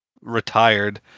retired